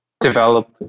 develop